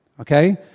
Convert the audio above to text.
Okay